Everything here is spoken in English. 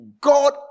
God